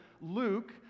Luke